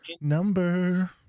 number